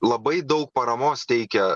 labai daug paramos teikia